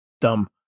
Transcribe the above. dumb